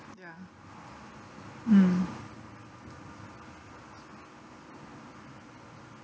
ya mm